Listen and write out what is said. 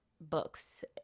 books